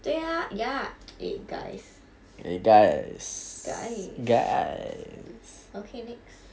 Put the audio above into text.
对啊 ya eh guys guys okay next